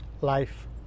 Life